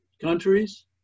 countries